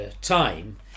time